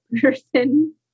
person